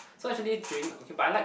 so actually during okay but I like